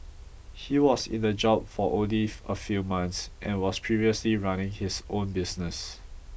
he was in the job for only a few months and was previously running his own business